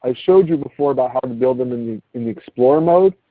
i showed you before about how to build them in in the explorer mode.